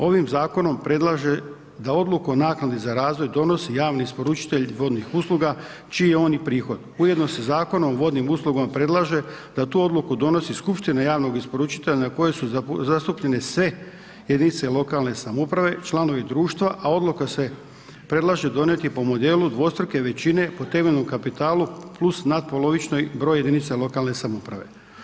Ovim zakonom predlaže da odluku o naknadi za razvoj donosi javni isporučitelj vodnih usluga čiji je on i prohod, Ujedno se Zakonom o vodnim uslugama predlaže da tu odluku donosi skupština javnog isporučitelja na koju se zastupljene sve jedinice lokalne samouprave, članovi društva a odluka se predlaže donijeti po modelu dvostruke većine po temeljnom kapitalu plus natpolovičnom broju jedinica lokalne samouprave.